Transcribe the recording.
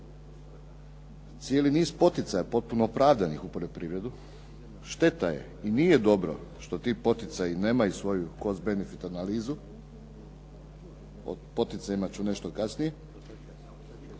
cijeli niz poticaja potpuno opravdanih u poljoprivredu. Šteta je i nije dobro što ti poticaji nemaju svoju cost benefit alnalizu. O poticajima ću nešto kasnije,